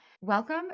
Welcome